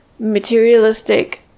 materialistic